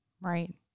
right